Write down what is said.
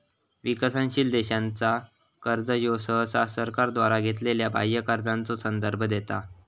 विकसनशील देशांचा कर्जा ह्यो सहसा सरकारद्वारा घेतलेल्यो बाह्य कर्जाचो संदर्भ देता